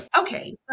Okay